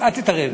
אל תתערב.